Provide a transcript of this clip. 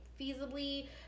feasibly